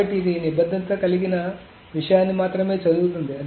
కాబట్టి ఇది నిబద్ధత కలిగిన విషయాన్ని మాత్రమే చదువుతుంది